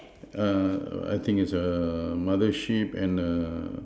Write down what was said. err I think it's err mother sheep and err